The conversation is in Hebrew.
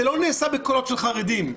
זה לא נעשה בכוח של חרדים,